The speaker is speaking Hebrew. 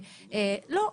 לא,